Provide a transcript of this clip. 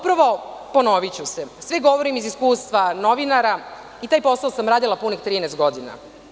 Ponoviću se, sve govorim iz iskustva novinara i taj posao sam radila punih 13 godina.